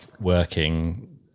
working